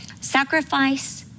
sacrifice